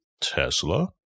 Tesla